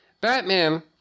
Batman